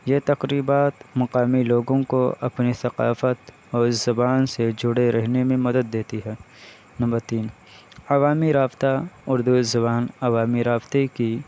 یہ تقریبات مقامی لوگوں کو اپنی ثقافت اور زبان سے جڑے رہنے میں مدد دیتی ہے نمبر تین عوامی رابطہ اردو زبان عوامی رابطے کی